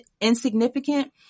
insignificant